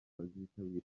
bazitabira